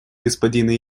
господина